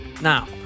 now